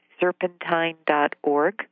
serpentine.org